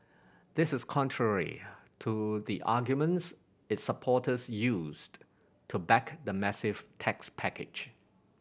this is contrary to the arguments its supporters used to back the massive tax package